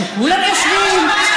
שכולם יושבים,